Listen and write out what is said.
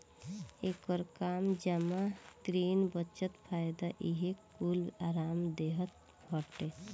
एकर काम जमा, ऋण, बचत, फायदा इहे कूल आराम देहल हटे